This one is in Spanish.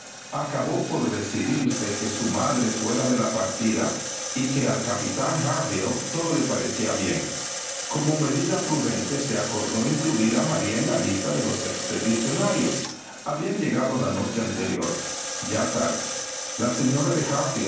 acabó por decidirse que su madre fuera de la partida y que al capitán harville todo le pareciera bien como medida prudente se acordó incluír a maría en la lista de los expedicionarios habían llegado la noche anterior ya tarde la señora de